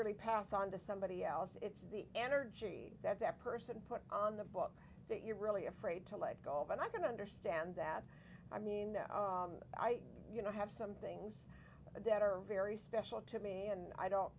really pass on to somebody else it's the energy that that person put on the book that you're really afraid to let go of and i'm going to understand that i mean i you know have some things that are very special to me and i don't